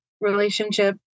relationship